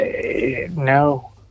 No